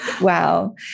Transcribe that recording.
Wow